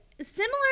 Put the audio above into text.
Similar